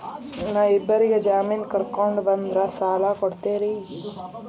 ನಾ ಇಬ್ಬರಿಗೆ ಜಾಮಿನ್ ಕರ್ಕೊಂಡ್ ಬಂದ್ರ ಸಾಲ ಕೊಡ್ತೇರಿ?